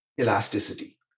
elasticity